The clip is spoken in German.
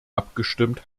abgestimmt